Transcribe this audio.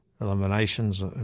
eliminations